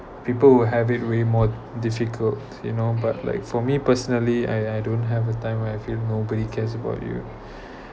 people have it way more difficult you know but like for me personally I I don't have a time where I feel nobody cares about you